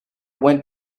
went